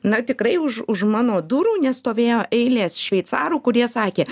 na tikrai už už mano durų nestovėjo eilės šveicarų kurie sakė